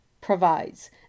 provides